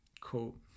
Cool